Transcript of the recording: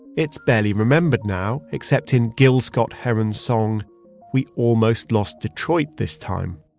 it's barely remembered now except in gil scott-heron's song we almost lost detroit this time.